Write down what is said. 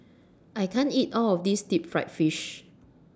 I can't eat All of This Deep Fried Fish